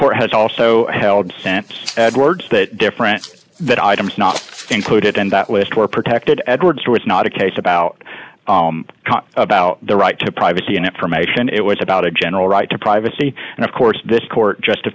court has also held sense edwards that different that items not included in that list were protected edwards was not a case about about the right to privacy and information it was about a general right to privacy and of course this court just a